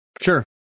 Sure